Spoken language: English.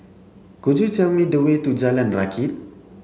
could you tell me the way to Jalan Rakit